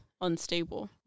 unstable